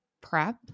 prep